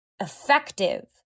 effective